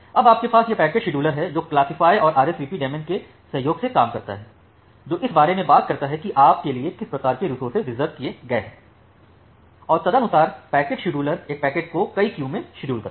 अब आपके पास वह पैकेट शेड्यूलर है जो क्लासिफाय और RSVP डेमन के सहयोग से काम करता है जो इस बारे में बात करता है कि आपके लिए किस प्रकार के रिसोर्स रिज़र्व किए गए हैं और तदनुसार पैकेज शेड्यूलर एक पैकेट को कई क्यू में शेड्यूल करता है